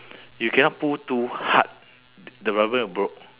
you cannot pull too hard the rubber band will broke